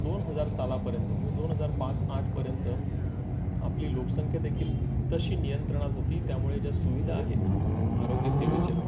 दोन हजार सालापर्यंत किंवा दोन हजार पाच आठपर्यंत आपली लोकसंख्या देखील तशी नियंत्रणात होती त्यामुळे ज्या सुविधा आहेत आरोग्यसेवेच्या